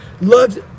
loved